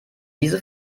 diese